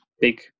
big